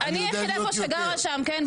אני היחידה פה שגרה שם כן,